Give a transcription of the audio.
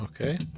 Okay